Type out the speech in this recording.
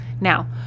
now